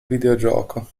videogioco